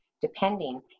depending